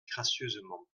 gracieusement